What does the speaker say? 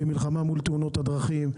במלחמה מול תאונות הדרכים,